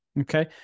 Okay